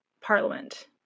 Parliament